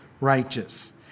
righteous